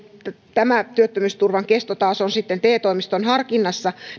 työttömyysturvan kesto taas on sitten te toimiston harkinnassa